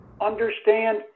understand